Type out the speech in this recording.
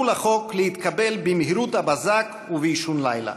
לחוק להתקבל במהירות הבזק ובאישון לילה.